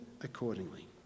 accordingly